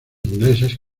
ingleses